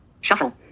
Shuffle